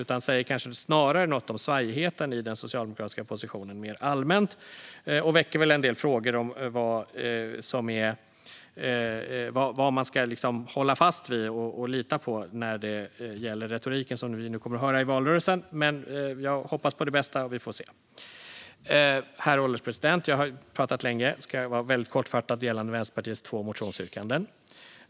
Det säger kanske snarare något om svajigheten i den socialdemokratiska positionen mer allmänt och väcker en del frågor om vad man ska hålla fast vid och lita på när det gäller den retorik som vi kommer att höra i valrörelsen. Men jag hoppas på det bästa. Vi får se. Herr ålderspresident! Jag har talat länge. Jag ska bara säga något kortfattat gällande Vänsterpartiets två motionsyrkanden.